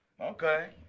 okay